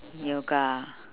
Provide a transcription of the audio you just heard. yoga